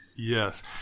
yes